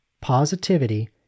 positivity